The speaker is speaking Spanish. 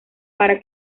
para